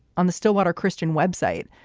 on the stillwater christian web site,